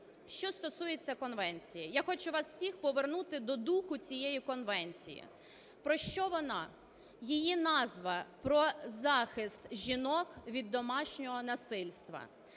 Що стосується конвенції, я хочу вас всіх повернути до духу цієї конвенції. Про що вона? Її назва: "Про захист жінок від домашнього насильства".